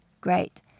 Great